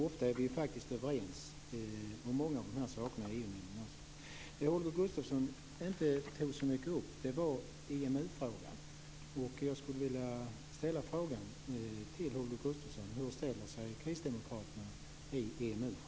Ofta är vi faktiskt överens om de saker som tas upp i Det Holger Gustafsson inte tog upp så mycket var EMU-frågan. Jag skulle vilja fråga Holger Gustafsson hur Kristdemokraterna ställer sig i EMU-frågan.